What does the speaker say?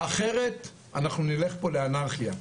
אחרת אנחנו נלך פה לאנרכיה.